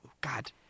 God